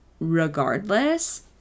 regardless